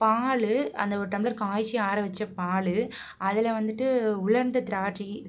பால் அந்த ஒரு டம்ளர் காய்ச்சி ஆற வச்ச பால் அதில் வந்துட்டு உலர்ந்த திராட்சை